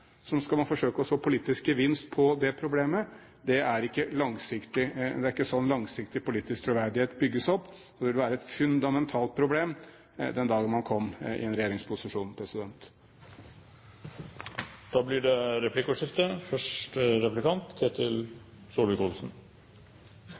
skal man forsøke å slå økonomisk gevinst på det problemet – det er ikke sånn langsiktig politisk troverdighet bygges opp, og det vil være et fundamentalt problem den dagen man kom i en regjeringsposisjon. Det blir replikkordskifte. La meg først minne statsråden på at det